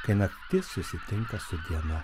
kai naktis susitinka su diena